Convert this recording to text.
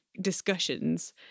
discussions